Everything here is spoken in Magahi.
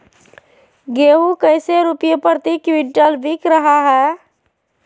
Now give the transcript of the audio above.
गेंहू कैसे रुपए प्रति क्विंटल बिक रहा है?